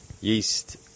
Yeast